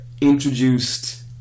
Introduced